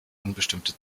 unbestimmte